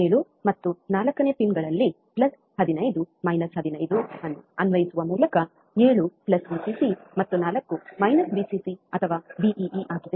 7 ಮತ್ತು 4 ಪಿನ್ಗಳಲ್ಲಿ plus 15 minus 15 ಅನ್ನು ಅನ್ವಯಿಸುವ ಮೂಲಕ 7 ವಿಸಿಸಿVcc ಮತ್ತು 4 ವಿಸಿಸಿ ಅಥವಾ ವಿಇಇ ಆಗಿದೆ